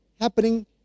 happening